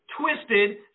twisted